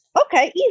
okay